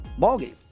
ballgame